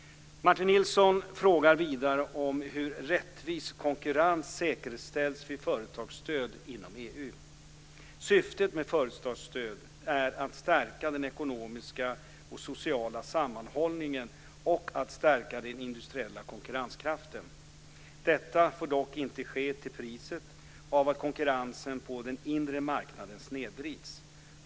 Martin Nilsson frågar vidare om hur rättvis konkurrens säkerställs vid företagsstöd inom EU. Syftet med företagsstöd är att stärka den ekonomiska och sociala sammanhållningen och att stärka den industriella konkurrenskraften. Detta får dock inte ske till priset av att konkurrensen på den inre marknaden snedvrids.